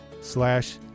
slash